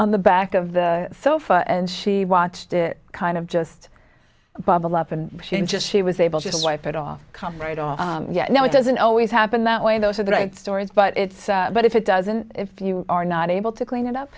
on the back of the sofa and she watched it kind of just bubble up and she just she was able just wipe it off come right off yes no it doesn't always happen that way those are great stories but it's but if it doesn't if you are not able to clean it up